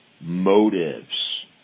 motives